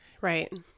Right